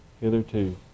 hitherto